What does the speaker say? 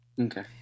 Okay